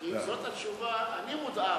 כי אם זאת התשובה, אני מודאג.